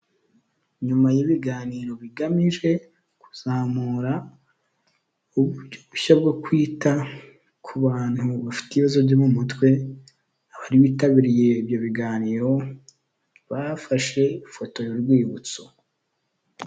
Nyuma y'ibiganiro bigamije kuzamura uburyo bushya bwo kwita ku bantu bafite ibibazo byo mu mutwe, abari bitabiriye ibyo biganiro bafashe ifoto y'urwibutso.